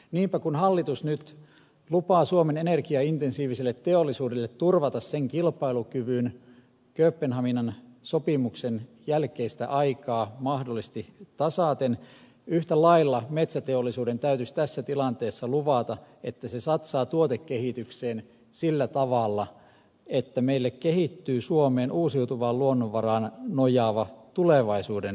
niinpä kun hallitus nyt lupaa suomen energiaintensiiviselle teollisuudelle turvata sen kilpailukyvyn kööpenhaminan sopimuksen jälkeistä aikaa mahdollisesti tasaten yhtä lailla metsäteollisuuden täytyisi tässä tilanteessa luvata että se satsaa tuotekehitykseen sillä tavalla että meille kehittyy suomeen uusiutuvaan luonnonvaraan nojaava tulevaisuuden teollisuudenala